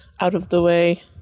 out-of-the-way